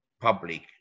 public